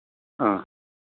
ആ